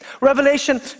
Revelation